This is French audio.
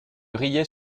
riais